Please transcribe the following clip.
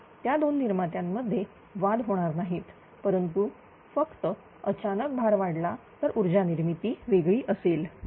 आणि त्या दोन निर्मात्यांमध्ये वाद होणार नाहीपरंतु फक्त अचानक भार वाढला तर ऊर्जा निर्मिती वेगळी असेल